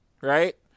right